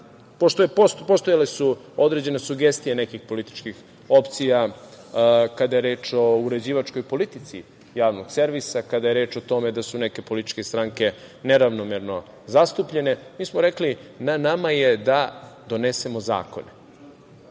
postojale određene sugestije nekih političkih opcija kada je reč o uređivačkoj politici javnog servisa, kada je reč o tome da su neke političke stranke neravnomerno zastupljene, mi smo rekli – na nama je da donesemo zakone